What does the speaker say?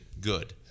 good